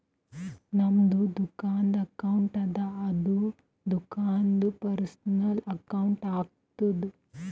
ನಮ್ದು ದುಕಾನ್ದು ಅಕೌಂಟ್ ಅದ ಅದು ದುಕಾಂದು ಪರ್ಸನಲ್ ಅಕೌಂಟ್ ಆತುದ